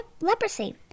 leprosy